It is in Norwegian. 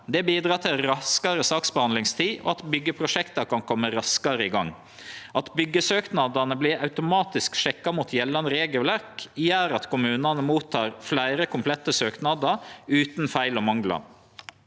Det bidrar til raskare saksbehandlingstid og til at byggjeprosjekta kan kome raskare i gang. At byggjesøknadene vert automatisk sjekka mot gjeldande regelverk, gjer at kommunane mottek fleire komplette søknader utan feil og manglar.